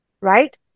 right